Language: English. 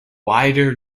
wider